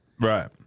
Right